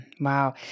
Wow